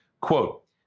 Quote